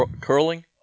curling